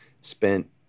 spent